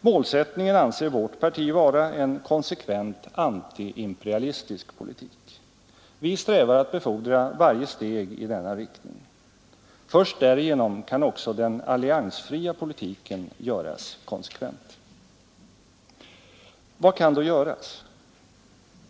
Målsättningen anser vårt parti vara en konsekvent antiimperialistisk politik. Vi strävar efter att befordra varje steg i denna riktning. Först därigenom kan också den alliansfria politiken bli konsekvent. Vad kan då göras?